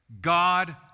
God